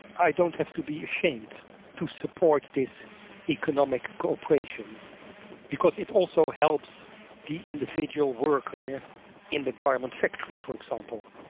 i don't have to be ashamed to support this economic cooperation because it also helps the individual worker in the garment factory, for example.